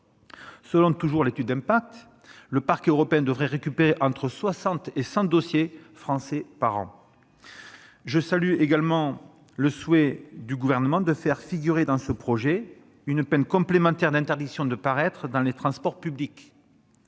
Selon l'étude d'impact, le Parquet européen devrait récupérer entre 60 et 100 dossiers français par an. Je salue également le souhait du Gouvernement de faire figurer dans ce projet une peine complémentaire d'interdiction de paraître dans les transports publics.